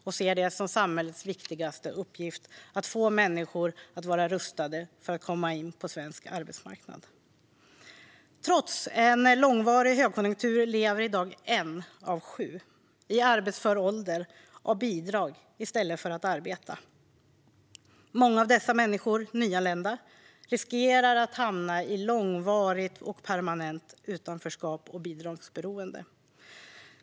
Att rusta människor för att kunna komma in på svensk arbetsmarknad ser vi som samhällets viktigaste uppgift. Trots en långvarig högkonjunktur lever i dag en av sju i arbetsför ålder på bidrag i stället för att arbeta. Många av dessa människor - nyanlända - riskerar att hamna i långvarigt och permanent utanförskap och bidragsberoende.